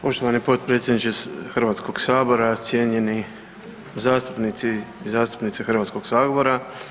Poštovani potpredsjedniče Hrvatskog sabora, cijenjeni zastupnici i zastupnice Hrvatskog sabora.